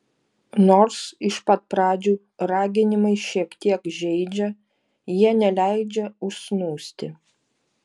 nors iš pat pradžių raginimai šiek tiek žeidžia jie neleidžia užsnūsti